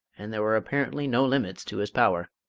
and there were apparently no limits to his power.